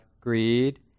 greed